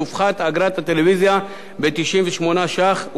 תופחת אגרת הטלוויזיה ב-98 ש"ח,